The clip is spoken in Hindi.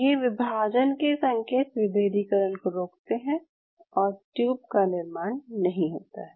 ये विभाजन के संकेत विभेदीकरण को रोकते हैं और ट्यूब का निर्माण नहीं होता है